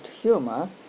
humor